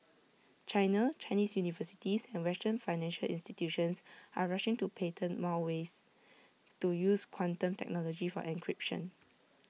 China Chinese universities and western financial institutions are rushing to patent more ways to use quantum technology for encryption